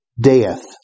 death